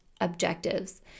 objectives